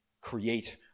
create